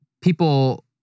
people